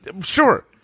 Sure